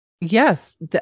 Yes